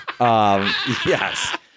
yes